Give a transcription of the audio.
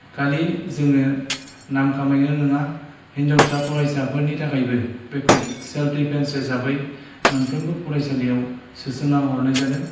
खालि जोङो नाम खामायनो नङा हिनजावसाफोरनि थाखायबो बेखौ सेल्फ दिफेन्स हिसाबै मोनफ्रोमबो फरायसालियाव सोना हरनाय जादों